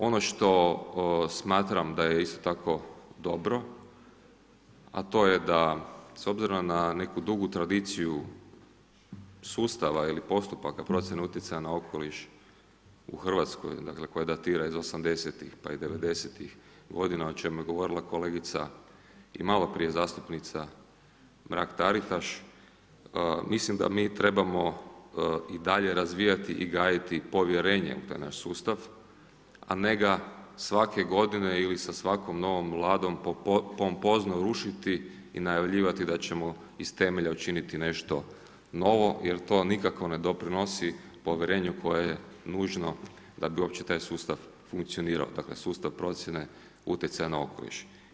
Ono što smatram da je isto tako dobro, a to je da s obzirom na neku dugu tradiciju sustava ili postupaka procjene utjecaja na okoliš u Hrvatskoj koja datira iz osamdesetih pa i devedesetih godina o čemu je govorila kolegica i maloprije zastupnica Mrak-Taritaš, mislim da mi trebamo i dalje razvijati i gajiti povjerenje u taj naš sustav, a ne ga svake godine ili sa svakom novom Vladom pompozno rušiti i najavljivati da ćemo iz temelja učiniti nešto novo jel to nikako ne doprinosi povjerenju koje je nužno da bi uopće taj sustav funkcionirao, dakle sustav procjene utjecaja na okoliš.